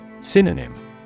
Synonym